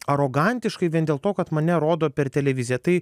arogantiškai vien dėl to kad mane rodo per televiziją tai